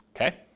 okay